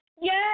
Yes